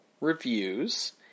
reviews